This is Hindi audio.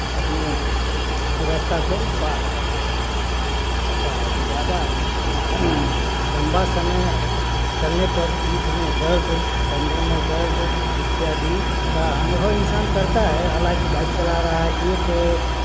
अपने रस्ता को पार कर लेते हैं अच्छा ज्यादा लम्बा समय चलने पर पीठ में दर्द कंधे में दर्द इत्यादि का अनुभव इंसान करता है हालाँकि बाइक चला रहा है एक